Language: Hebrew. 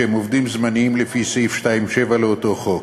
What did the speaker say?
שהם עובדים זמניים לפי סעיף 2(7) לאותו חוק.